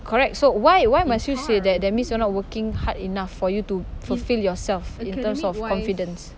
correct so why why must you say that that means you are not working hard enough for you to fulfil yourself in terms of confidence